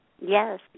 Yes